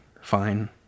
Fine